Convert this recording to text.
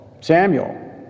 Samuel